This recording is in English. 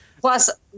Plus